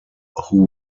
who